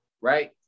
right